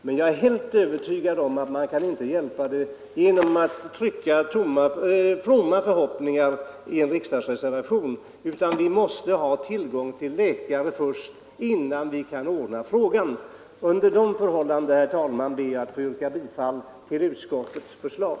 Men jag är helt övertygad om att man inte kan hjälpa dem genom att uttrycka fromma förhoppningar i en riksdagsreservation, utan vi måste ha tillgång till läkare för att kunna lösa denna fråga. Under dessa förhållanden, herr talman, ber jag att få yrka bifall till utskottets hemställan.